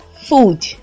food